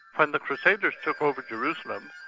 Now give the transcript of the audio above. when the crusaders took over jerusalem,